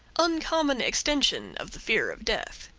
uncommon extension of the fear of death.